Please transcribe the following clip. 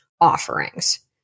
offerings